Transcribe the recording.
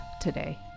today